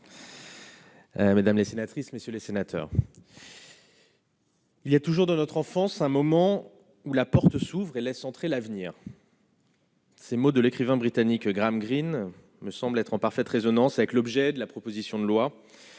Mesdames les sénatrices, messieurs les sénateurs. Il y a toujours de notre enfance, un moment où la porte s'ouvre et laisse entrer l'avenir. Ces mots de l'écrivain britannique Graham Greene, me semble être en parfaite résonance avec l'objet de la proposition de loi.